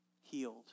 Healed